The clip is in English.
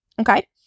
okay